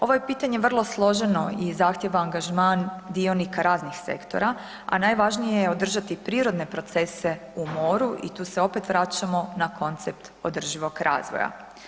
Ovo je pitanje vrlo složeno i zahtijeva angažman dionika raznih sektora a najvažnije je održati prirodne procese u moru i tu se opet vraćamo na koncept održivog razvoja.